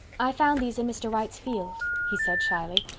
i found these in mr. wright's field, he said shyly,